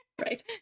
Right